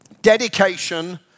dedication